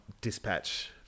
dispatch